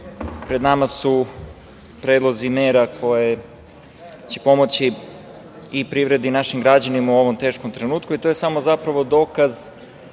pred nama su predlozi mera koje će pomoći i privredi i našim građanima u ovom teškom trenutku i to je samo zapravo dokaz,